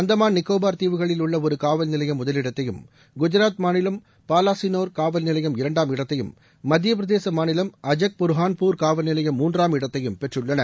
அந்தமான் நிக்கோபார் தீவுகளில் உள்ள ஒரு காவல் நிலையம் முதலிடத்தையும் அதன்படி குஜராத் மாநிலம் பாவாசினோர் காவல் நிலையம் இரண்டாம் இடத்தையும் மத்தியப்பிரதேச மாநிலம் அஜக் புர்ஹான்பூர் காவல்நிலையம் மூன்றாம் இடத்தையும் பெற்றுள்ளன